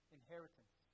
inheritance